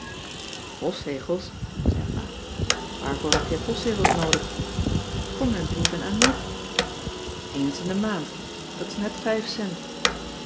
voor postzegels zei pa waarvoor heb jij postzegels noodig voor mijn brieven aan net eens in de maand dat is net vijf cent